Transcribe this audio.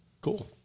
Cool